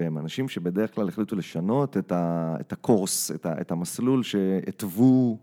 והם אנשים שבדרך כלל החליטו לשנות את הקורס, את המסלול שהטוו.